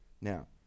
Now